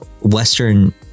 Western